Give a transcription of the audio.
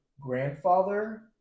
grandfather